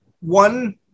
one